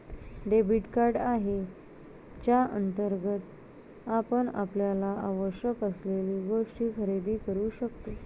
debit card आहे ज्याअंतर्गत आपण आपल्याला आवश्यक असलेल्या गोष्टी खरेदी करू शकतो